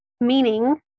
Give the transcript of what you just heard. meaning